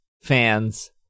fans